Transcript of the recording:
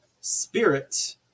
spirit